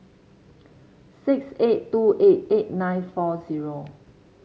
six eight two eight eight nine four zero